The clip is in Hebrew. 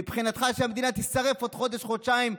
מבחינתך שהמדינה תישרף בעוד חודש-חודשיים,